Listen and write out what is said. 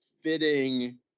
fitting